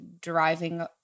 driving